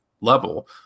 level